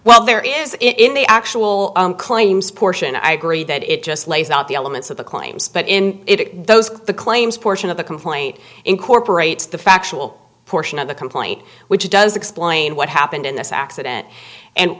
well there is in the actual claims portion i agree that it just lays out the elements of the claims but in those the claims portion of the complaint incorporates the factual portion of the complaint which does explain what happened in this accident